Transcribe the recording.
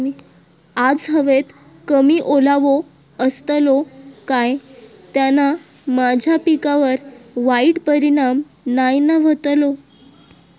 आज हवेत कमी ओलावो असतलो काय त्याना माझ्या पिकावर वाईट परिणाम नाय ना व्हतलो?